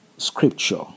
scripture